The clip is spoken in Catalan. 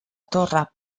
torre